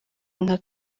nka